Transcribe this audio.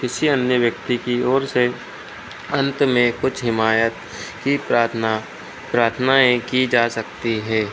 किसी अन्य व्यक्ति की ओर से अंत में कुछ हिमायत की प्रार्थना प्रार्थनाएँ की जा सकती हैं